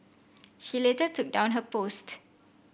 she later took down her post